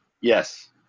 Yes